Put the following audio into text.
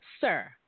sir